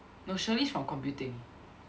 no Shirley is from computing